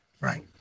Right